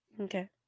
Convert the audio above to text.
okay